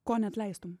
ko neatleistum